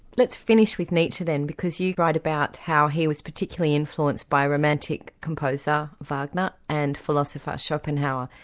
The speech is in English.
let's finish with nietzsche then because you wrote about how he was particularly influenced by romantic composer, wagner, and philosopher, schopenhauer,